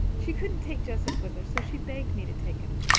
she couldn't take joseph with her so she begged me to take him.